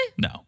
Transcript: no